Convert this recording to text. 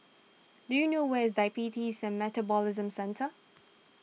do you know where is Diabetes sen Metabolism Centre